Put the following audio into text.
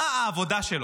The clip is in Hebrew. מה העבודה שלו?